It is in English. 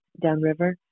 downriver